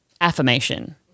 affirmation